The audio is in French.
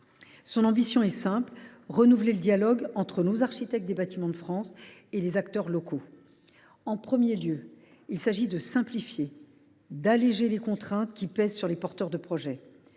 Son ambition est simple : renouveler le dialogue entre nos architectes des Bâtiments de France et les acteurs locaux. L’article 1 vise ainsi à simplifier et à alléger les contraintes qui pèsent sur les porteurs de projet.